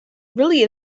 really